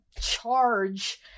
charge